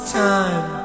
time